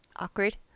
awkward